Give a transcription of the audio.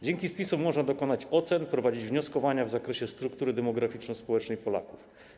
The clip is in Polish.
Dzięki spisom można dokonać ocen, prowadzić wnioskowania w zakresie struktury demograficzno-społecznej Polaków.